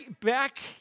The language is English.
back